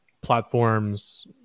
platforms